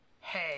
Hey